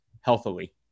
healthily